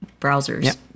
browsers